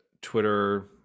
Twitter